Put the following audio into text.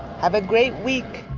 have a great week